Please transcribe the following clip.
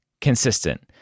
Consistent